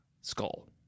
skull